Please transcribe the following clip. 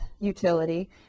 utility